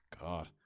God